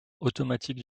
automatique